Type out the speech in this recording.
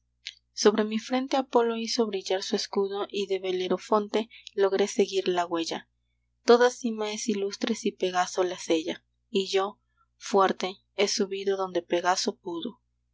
sobre mi frente apolo hizo brillar su escudo y de belerofonte logré seguir la huella toda cima es ilustre si pegaso la sella y yo fuerte he subido donde pegaso pudo